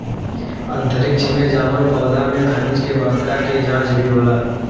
अंतरिक्ष में जामल पौधा में खनिज के मात्रा के जाँच भी होला